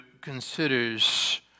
considers